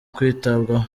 kwitabwaho